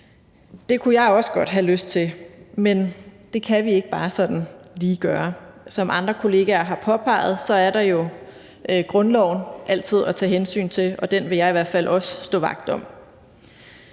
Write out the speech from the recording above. Det kunne jeg også godt have lyst til, men det kan vi ikke bare sådan lige gøre. Som andre kollegaer har påpeget, er der jo altid grundloven at tage hensyn til. Og den vil jeg i hvert fald også stå vagt om.